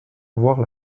avoir